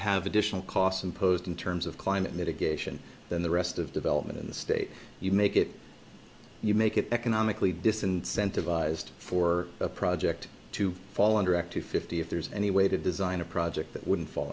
have additional costs imposed in terms of climate mitigation than the rest of development in the state you make it you make it economically disincentive ised for a project to fall under act two fifty if there's any way to design a project that would fall